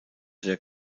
der